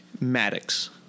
Maddox